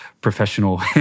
professional